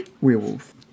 werewolf